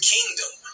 Kingdom